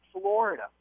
Florida